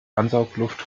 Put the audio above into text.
ansaugluft